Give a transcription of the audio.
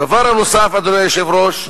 הדבר הנוסף, אדוני היושב-ראש,